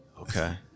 Okay